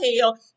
hell